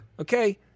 Okay